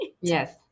yes